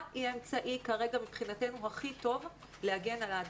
היא האמצעי הכי טוב להגן מפני ההדבקה.